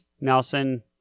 Nelson